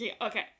Okay